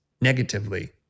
negatively